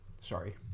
Sorry